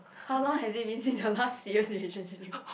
how long has it been since your last serious relationship